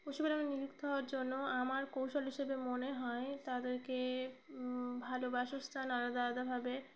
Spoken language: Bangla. পশুপালনে নিযুক্ত হওয়ার জন্য আমার কৌশল হিসেবে মনে হয় তাদেরকে ভালো বাসস্থান আলাদা আলাদাভাবে